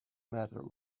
matter